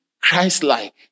Christ-like